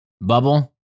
bubble